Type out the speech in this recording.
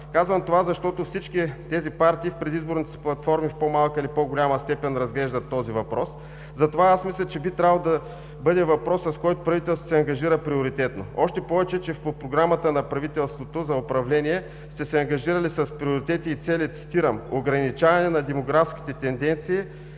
Казвам това, защото всички тези партии в предизборните си платформи в по-малка или по-голяма степен разглеждат този въпрос. Затова, аз мисля, че това би трябвало да бъде въпросът, с който правителството се ангажира приоритетно. Още повече, че по Програмата на правителството за управление са се ангажирали с приоритети и цели, цитирам: „Ограничаване на демографските тенденции